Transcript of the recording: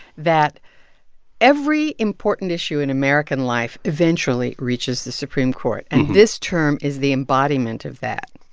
that every important issue in american life eventually reaches the supreme court. and this term is the embodiment of that.